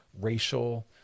racial